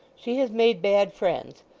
she has made bad friends,